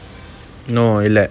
no இல்ல:illa